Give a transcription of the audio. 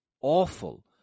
awful